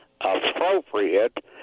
appropriate